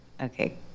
Okay